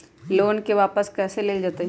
Loan के वापस कैसे कैल जतय?